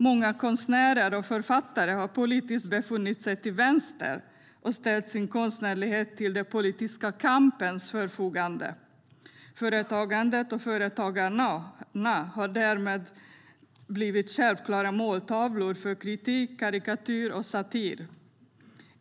Många konstnärer och författare har politiskt befunnit sig till vänster och ställt sin konstnärlighet till den politiska kampens förfogande. Företagandet och företagarna har därmed blivit självklara måltavlor för kritik, karikatyr och satir.